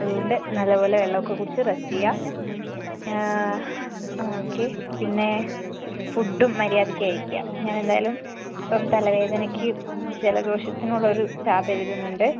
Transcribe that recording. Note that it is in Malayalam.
അതുകൊണ്ട് നല്ലത് പോലെ വെള്ളം ഒക്കെ കുടിച്ച് റസ്റ്റ് ചെയ്യുക ഓക്കേ പിന്നെ ഫുഡും മര്യാദയ്ക്ക് കഴിക്കുക ഞാൻ എന്തായാലും ഇപ്പോൾ തലവേദനക്ക് ജലദോഷത്തിനുള്ളൊരു ടാബ് എഴുതുന്നുണ്ട്